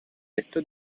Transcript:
detto